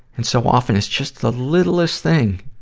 and so often, it's just the littlest thing.